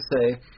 say